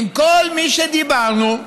כל מי שדיברנו,